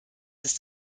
ist